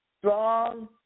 strong